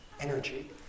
energy